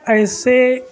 ایسے